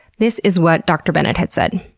this is what dr. bennett had said.